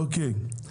אוקיי.